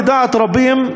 לדעת רבים,